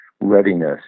readiness